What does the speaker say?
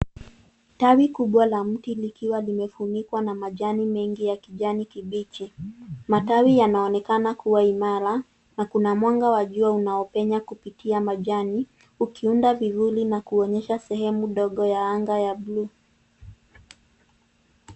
Tawi kubwa la mti likiwa limefunikwa na majani mengi ya kijani kibichi. Matawi yanaonekana kuwa imara na kuna mwanga wa jua unaopenya kupitia majani, ukiunda vivuli na kuonyesha sehemu dogo ya anga ya buluu.